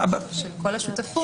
של כל השותפים.